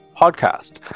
podcast